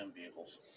vehicles